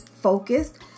focused